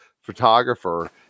photographer